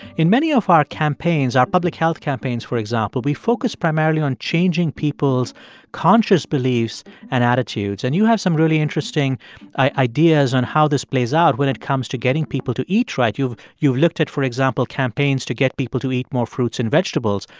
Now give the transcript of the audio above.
in many of our campaigns our public health campaigns, for example we focus primarily on changing people's conscious beliefs and attitudes. and you have some really interesting ideas on how this plays out when it comes to getting people to eat right. you've you've looked at, for example, campaigns to get people to eat more fruits and vegetables.